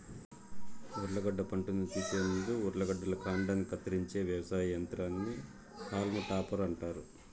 ఉర్లగడ్డ పంటను తీసే ముందు ఉర్లగడ్డల కాండాన్ని కత్తిరించే వ్యవసాయ యంత్రాన్ని హాల్మ్ టాపర్ అంటారు